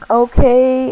okay